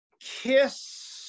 kiss